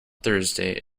thursday